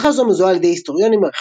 ממלכה זו מזוהה על ידי היסטוריונים,